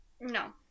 No